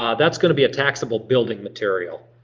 um that's gonna be a taxable building material.